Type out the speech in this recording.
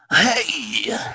Hey